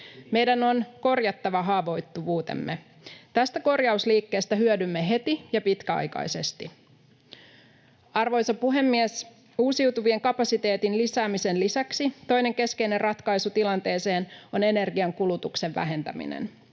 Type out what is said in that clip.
Meidän on korjattava haavoittuvuutemme. Tästä korjausliikkeestä hyödymme heti ja pitkäaikaisesti. Arvoisa puhemies! Uusiutuvien kapasiteetin lisäämisen lisäksi toinen keskeinen ratkaisu tilanteeseen on energian kulutuksen vähentäminen.